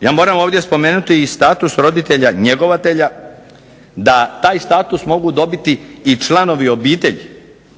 Ja moram ovdje spomenuti i status roditelja njegovatelja, da taj status mogu dobiti i članovi obitelji.